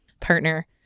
partner